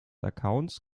accounts